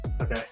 Okay